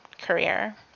career